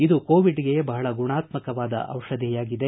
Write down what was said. ಇದು ಕೋವಿಡ್ಗೆ ಬಹಳ ಗುಣಾತ್ಮಕವಾದ ಔಷಧಿಯಾಗಿದೆ